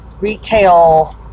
retail